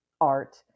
art